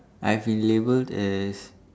I've been labelled as